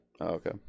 Okay